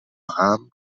عام